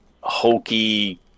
hokey